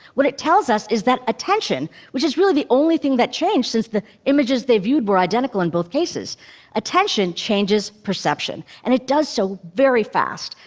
what it tells us is that attention, which is really the only thing that changed, since the images they viewed were identical in both cases attention changes perception. and it does so very fast.